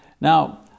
Now